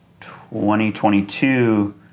2022